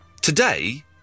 Today